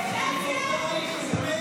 פשוט בושה.